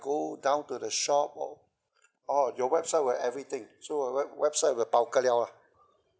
go down to the shop or orh your website will everything so your web website will bao ga liao lah